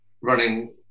running